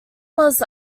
was